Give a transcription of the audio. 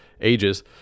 ages